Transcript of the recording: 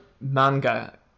manga